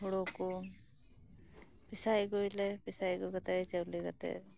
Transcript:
ᱦᱳᱲᱳ ᱠᱩ ᱯᱮᱥᱟᱭ ᱟᱹᱜᱩᱭᱟᱞᱮ ᱯᱮᱥᱟᱭ ᱟᱹᱜᱩ ᱠᱟᱛᱮ ᱪᱟᱣᱞᱮ ᱠᱟᱛᱮ